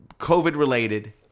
COVID-related